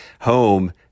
home